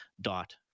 dot